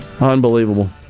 Unbelievable